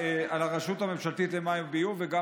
יש דוח על הרשות הממשלתית למים וביוב וגם